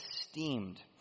esteemed